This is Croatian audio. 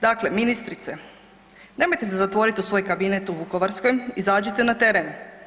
Dakle ministrice, nemojte se zatvoriti u svoj kabinet u Vukovarskoj, izađite na teren.